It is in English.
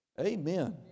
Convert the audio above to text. Amen